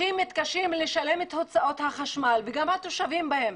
מתקשים הכי הרבה לשלם את הוצאות החשמל וגם התושבים בהם.